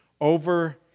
over